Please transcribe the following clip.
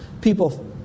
people